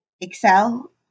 excel